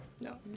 No